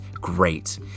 great